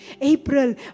April